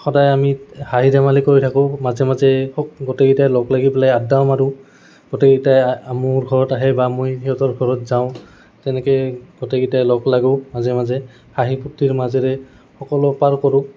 সদায় আমি হাঁহি ধেমালি কৰি থাকোঁ মাজে মাজে খুব গোটেইকেইটাই লগ লাগি পেলাই আদ্দাও মাৰোঁ গোটেইকেইটাই মোৰ ঘৰত আহে বা মই সিহঁতৰ ঘৰত যাওঁ তেনেকে গোটেইকেইটাই লগ লাগো মাজে মাজে হাঁহি ফুৰ্ত্তিৰ মাজেৰে সকলো পাৰ কৰোঁ